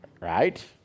Right